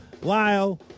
Lyle